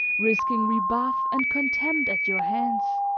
risking rebuff and contempt at your hands.